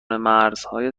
مرزهای